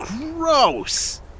gross